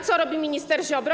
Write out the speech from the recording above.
Co robi minister Ziobro?